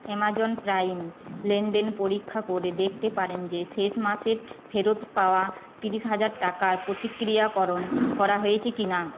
Amazon Prime লেনদেন পরীক্ষা করে দেখতে পারেন যে শেষ মাসে ফেরত পাওয়া তিরিশ হাজার টাকার প্রক্রিয়াকরণ করা হয়েছে কিনা